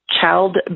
child